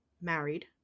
married